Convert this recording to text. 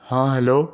ہاں ہیلو